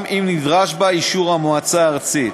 גם אם נדרש בה אישור המועצה הארצית.